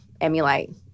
emulate